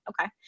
okay